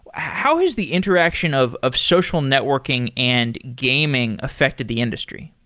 how has the interaction of of social networking and gaming affected the industry?